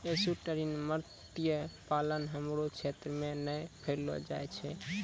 estuarine मत्स्य पालन हमरो क्षेत्र मे नै पैलो जाय छै